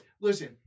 listen